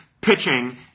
Pitching